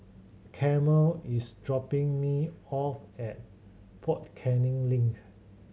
Carmel is dropping me off at Fort Canning Link